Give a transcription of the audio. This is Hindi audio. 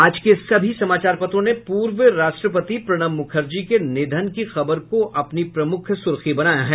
आज के सभी समाचार पत्रों ने पूर्व राष्ट्रपति प्रणब मुखर्जी के निधन की खबर को अपनी प्रमुख सुर्खी बनायी है